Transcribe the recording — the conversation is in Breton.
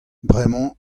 bremañ